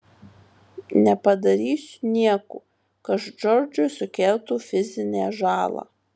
nepadarysiu nieko kas džordžui sukeltų fizinę žalą